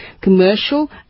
commercial